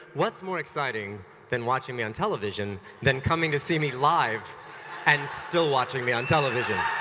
what's more exciting than watching me on television, then coming to see me live and still watching me on television?